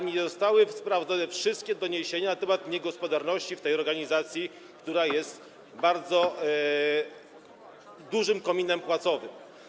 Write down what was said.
Nie zostały też sprawdzone wszystkie doniesienia na temat niegospodarności w tej organizacji, która jest bardzo dużym kominem płacowym.